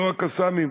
לא "קסאמים",